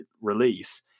release